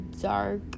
dark